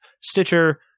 Stitcher